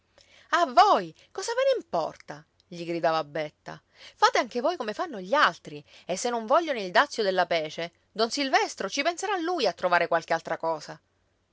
a voi cosa ve ne importa gli gridava betta fate anche voi come fanno gli altri e se non vogliono il dazio della pece don silvestro ci penserà lui a trovare qualche altra cosa